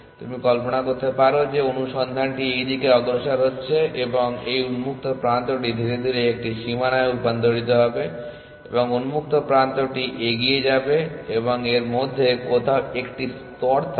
তুমি কল্পনা করতে পারো যে অনুসন্ধানটি এই দিকে অগ্রসর হচ্ছে এবং এই উন্মুক্ত প্রান্তটি ধীরে ধীরে একটি সীমানায় রূপান্তরিত হবে এবং নতুন উন্মুক্ত প্রান্তটি এগিয়ে যাবে এবং এর মধ্যে কোথাও 1টি স্তর থাকবে